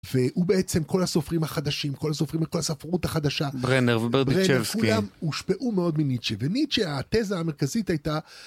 והוא בעצם כל הסופרים החדשים, כל הסופרים, כל הספרות החדשה, ברנר וברדיצ'בסקי, הושפעו מאוד מניטשה, וניטשה התזה המרכזית הייתה...